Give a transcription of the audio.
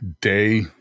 day